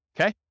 Okay